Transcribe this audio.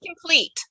complete